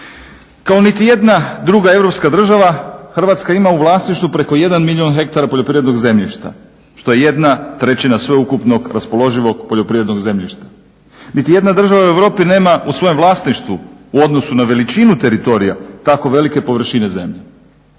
Kao niti jedna druga europska država Hrvatska ima u vlasništvu preko jedan milijun ha poljoprivrednog zemljišta što je jedna trećina sveukupnog raspoloživog poljoprivrednog zemljišta. Niti jedna država nema u Europi u svojem vlasništvu u odnosu na veličinu teritorija tako velike površine zemlje.